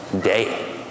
day